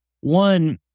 one